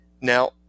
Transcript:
Now